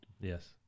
Yes